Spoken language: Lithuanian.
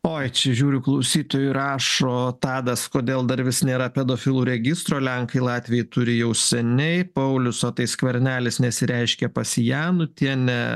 oi čia žiūriu klausytojui rašo tadas kodėl dar vis nėra pedofilų registro lenkai latviai turi jau seniai paulius o tai skvernelis nesireiškia pas janutienę